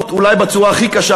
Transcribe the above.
אולי בצורה הכי קשה,